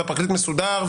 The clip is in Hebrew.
הפרקליט מסודר,